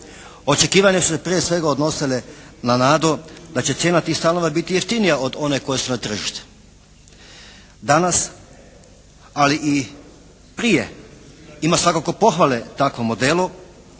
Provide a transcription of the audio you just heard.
Očekivanja su se prije svega odnosile na nadu da će cijena tih stanova biti jeftinija od onih koji su na tržištu. Danas, ali i prije ima svakako pohvale takvom modelu.